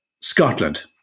Scotland